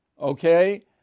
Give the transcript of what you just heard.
okay